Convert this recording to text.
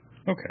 Okay